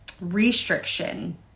restriction